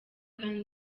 kandi